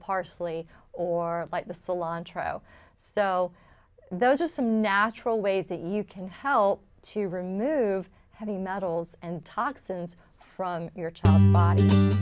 parsley or the salon tro so those are some natural ways that you can help to remove heavy metals and toxins from your body